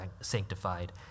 sanctified